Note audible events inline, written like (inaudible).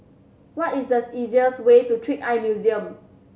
what is (unintelligible) easiest way to Trick Eye Museum